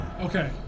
Okay